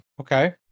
okay